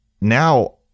now